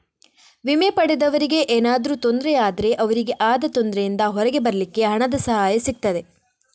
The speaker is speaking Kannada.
ವಿಮೆ ಪಡೆದವರಿಗೆ ಏನಾದ್ರೂ ತೊಂದ್ರೆ ಆದ್ರೆ ಅವ್ರಿಗೆ ಆದ ತೊಂದ್ರೆಯಿಂದ ಹೊರಗೆ ಬರ್ಲಿಕ್ಕೆ ಹಣದ ಸಹಾಯ ಸಿಗ್ತದೆ